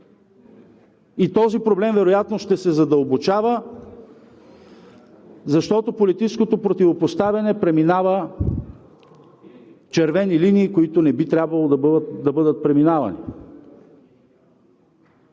и този проблем вероятно ще се задълбочава, защото политическото противопоставяне преминава червени линии, които не би трябвало да бъдат преминавани.